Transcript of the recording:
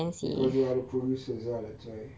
because they are the producers ah that's why